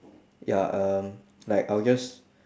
ya um like I'll just